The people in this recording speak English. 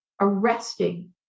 arresting